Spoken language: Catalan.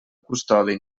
custodi